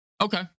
Okay